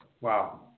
wow